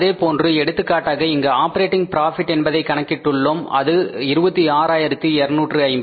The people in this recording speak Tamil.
அதேபோன்று எடுத்துக்காட்டாக இங்கு ஆப்பரேட்டிங் பிராபிட் என்பதை கணக்கிட்டு உள்ளோம் அது 26250